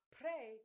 pray